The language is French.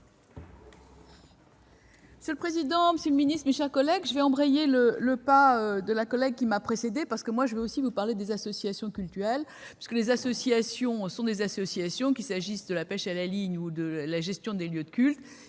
Monsieur le président, monsieur le secrétaire d'État, mes chers collègues, je vais emboîter le pas de la collègue qui m'a précédée en vous parlant moi aussi des associations cultuelles. Puisque les associations sont des associations, qu'il s'agisse de pêche à la ligne ou de gestion des lieux de culte,